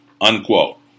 Unquote